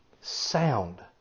Sound